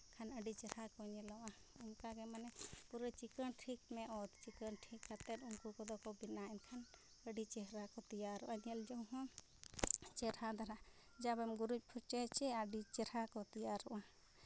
ᱮᱱᱠᱷᱟᱱ ᱟᱹᱰᱤ ᱪᱮᱨᱦᱟ ᱠᱚ ᱧᱮᱞᱚᱜᱼᱟ ᱚᱱᱠᱛᱟ ᱜᱮ ᱢᱟᱱᱮ ᱯᱩᱨᱟᱹ ᱪᱤᱸᱠᱟᱹᱬ ᱴᱷᱤᱠ ᱢᱮ ᱚᱛ ᱪᱤᱸᱠᱟᱹᱲ ᱴᱷᱤᱠ ᱠᱟᱛᱮᱫ ᱩᱱᱠᱩ ᱠᱚᱫᱚ ᱠᱚ ᱵᱮᱱᱟᱣᱟ ᱮᱱᱠᱷᱟᱱ ᱟᱹᱰᱤ ᱪᱮᱦᱨᱟ ᱠᱚ ᱛᱮᱭᱟᱨᱚᱜᱼᱟ ᱧᱮᱞᱡᱚᱝ ᱦᱚᱸ ᱪᱮᱦᱨᱟ ᱫᱷᱟᱨᱟ ᱡᱟᱜᱮᱢ ᱜᱩᱨᱤᱡᱽ ᱯᱷᱟᱨᱪᱟᱹᱭᱟ ᱪᱮ ᱟᱹᱰᱤ ᱪᱮᱨᱦᱟ ᱠᱚ ᱛᱮᱭᱟᱨᱚᱜᱼᱟ